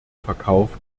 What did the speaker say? verkauft